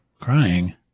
crying